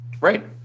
Right